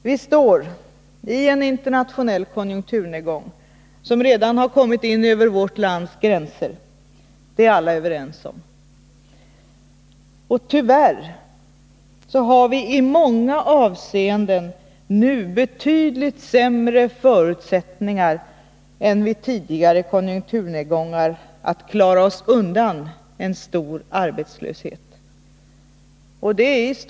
Vi befinner oss i en internationell konjunkturnedgång som redan har kommitin över vårt lands gränser — det är alla överens om. Och tyvärr har vi i många avseenden nu betydligt sämre förutsättningar än vid tidigare konjunkturnedgångar att klara oss undan en stor arbetslöshet.